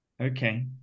Okay